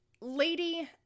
lady